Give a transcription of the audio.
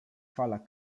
fala